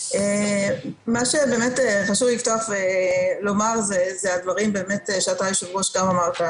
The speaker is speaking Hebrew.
חשוב לי לפתוח ולומר דברים שגם אתה אמרת.